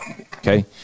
okay